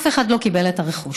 אף אחד לא קיבל את הרכוש.